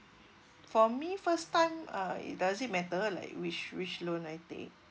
for me first time uh does it matter like which which loan I take